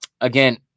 again